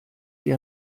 die